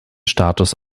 status